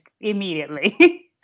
immediately